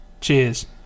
Cheers